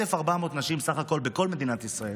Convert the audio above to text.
1,400 נשים בסך הכול בכל מדינת ישראל.